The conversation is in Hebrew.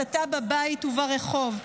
הסתה בבית וברחוב,